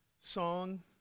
song